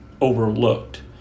overlooked